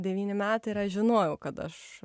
devyni metai ir aš žinojau kad aš